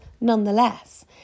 nonetheless